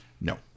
No